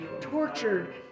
tortured